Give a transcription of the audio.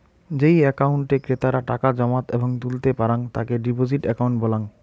যেই একাউন্টে ক্রেতারা টাকা জমাত এবং তুলতে পারাং তাকে ডিপোজিট একাউন্ট বলাঙ্গ